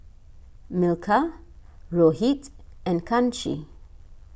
Milkha Rohit and Kanshi